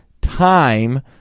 time